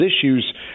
issues